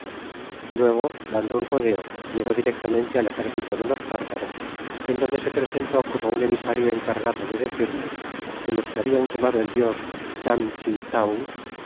luego dando un rodeo llegó directamente al ejército de los tártaros en donde se presentó como un emisario encargado de decirles que los que habian quemado el dios